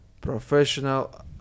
professional